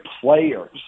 players